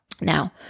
now